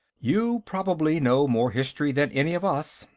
you probably know more history than any of us,